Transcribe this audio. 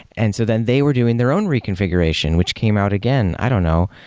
and so then they were doing their own reconfiguration, which came out again i don't know.